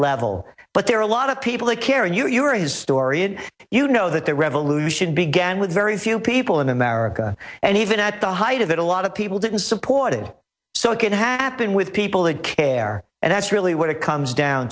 level but there are a lot of people that care you are his story and you know that the revolution began with very few people in america and even at the height of it a lot of people didn't support it so it could happen with people that care and that's really what it comes down